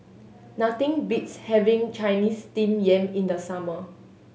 nothing beats having Chinese Steamed Yam in the summer